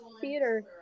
theater